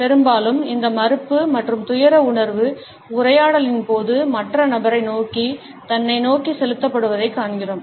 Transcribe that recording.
பெரும்பாலும் இந்த மறுப்பு மற்றும் துயர உணர்வு உரையாடலின் போது மற்ற நபரை நோக்கி தன்னை நோக்கி செலுத்தப்படுவதைக் காண்கிறோம்